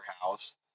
house